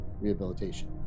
Rehabilitation